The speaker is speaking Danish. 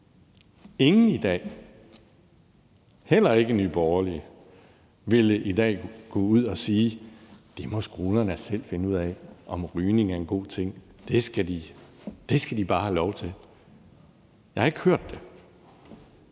Ingen, heller ikke Nye Borgerlige, ville i dag gå ud og sige: Skolerne må da selv finde ud af, om rygning er en god ting; det skal de bare have lov til. Jeg har ikke hørt det.